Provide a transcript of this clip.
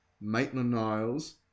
Maitland-Niles